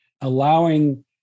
allowing